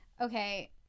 Okay